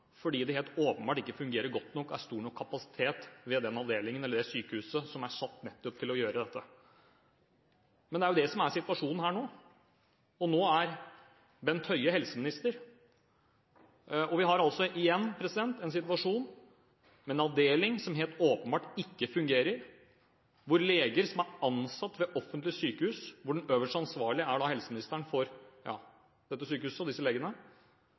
fordi det helt åpenbart ikke fungerer godt nok og er stor nok kapasitet ved den avdelingen eller det sykehuset som er satt til å gjøre nettopp dette. Men det er det som er situasjonen her nå. Nå er Bent Høie helseminister, og vi har altså igjen en situasjon med en avdeling som helt åpenbart ikke fungerer, hvor leger som er ansatt ved offentlige sykehus, hvor den øverst ansvarlige for dette sykehuset og disse legene